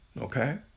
Okay